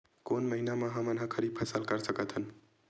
कोन महिना म हमन ह खरीफ फसल कर सकत हन?